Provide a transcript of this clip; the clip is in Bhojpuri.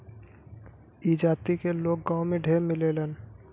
ई जाति क लोग गांव में ढेर मिलेलन